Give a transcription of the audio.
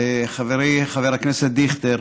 חברי חבר הכנסת דיכטר,